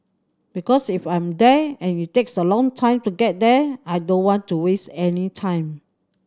because if I'm there and it takes a long time to get there I don't want to waste any time